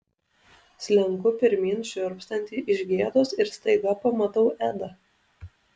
slenku pirmyn šiurpstanti iš gėdos ir staiga pamatau edą